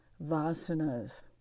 vasanas